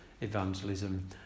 evangelism